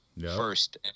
first